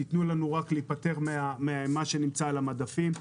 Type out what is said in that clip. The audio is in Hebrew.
תנו לנו רק להיפטר ממה שיש על המדפים.